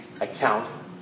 account